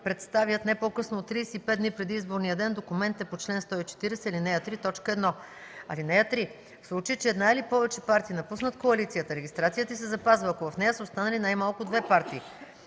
представят не по-късно от 35 дни преди изборния ден документите по чл. 140, ал. 3, т. 1. (3) В случай че една или повече партии напуснат коалицията, регистрацията й се запазва, ако в нея са останали най-малко две партии.